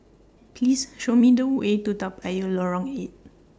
Please Show Me The Way to Toa Payoh Lorong eight